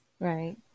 Right